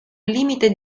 limite